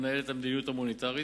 המנהל את המדיניות המוניטרית,